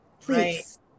Please